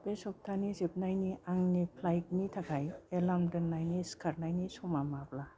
बे सप्तानि जोबनायनि आंनि फ्लाइगनि थाखाय एलार्म दोन्नायनि सिखारनायनि समा माब्ला